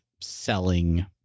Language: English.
selling